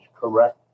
correct